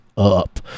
Up